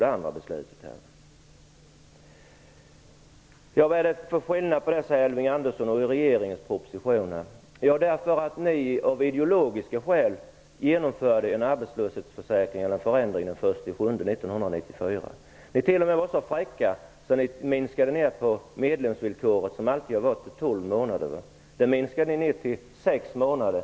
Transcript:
Elving Andersson frågade vad det är för skillnad mellan det förslaget och regeringens proposition i dag. Av ideologiska skäl genomförde ni en förändring av arbetslöshetsförsäkringen den 1 juli 1994. Ni var t.o.m. så fräcka att ni sänkte medlemsvillkoret, som alltid har varit tolv månader, till sex månader.